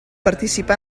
participà